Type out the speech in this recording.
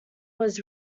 was